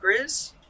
Grizz